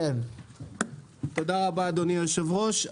תודה רבה, אדוני היושב-ראש.